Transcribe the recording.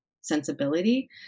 sensibility